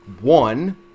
one